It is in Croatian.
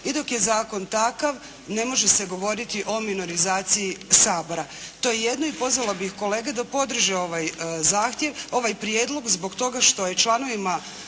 I dok je zakon takav ne može se govoriti o minorizaciji Sabora. To je jedno i pozvala bih kolege da podrže ovaj prijedlog zbog toga što je članovima